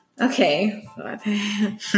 Okay